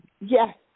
Yes